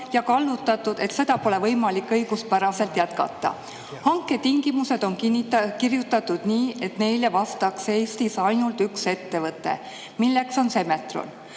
ja kallutatud, et seda pole võimalik õiguspäraselt jätkata. Hanketingimused on kirjutatud nii, et neile vastaks Eestis ainult üks ettevõte, milleks on Semetron.